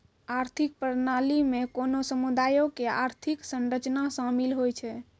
आर्थिक प्रणाली मे कोनो समुदायो के आर्थिक संरचना शामिल होय छै